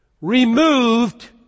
removed